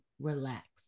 relax